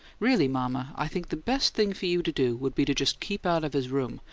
really, mama, i think the best thing for you to do would be to just keep out of his room,